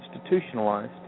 institutionalized